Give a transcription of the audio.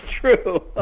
true